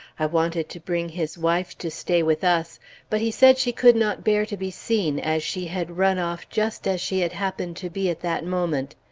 i wanted to bring his wife to stay with us but he said she could not bear to be seen, as she had run off just as she had happened to be at that moment.